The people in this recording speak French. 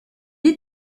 est